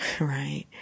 right